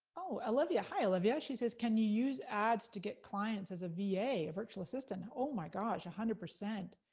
oh, olivia, hi, olivia, she says can you use ads to get clients as a va, a a virtual assistant? and oh my gosh, a hundred percent.